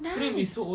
nice